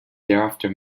thereafter